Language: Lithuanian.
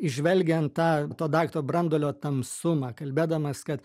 įžvelgiant tą to daikto branduolio tamsumą kalbėdamas kad